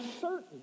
certain